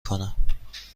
کنم